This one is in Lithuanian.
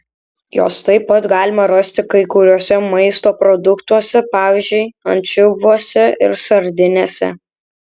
jos taip pat galima rasti kai kuriuose maisto produktuose pavyzdžiui ančiuviuose ir sardinėse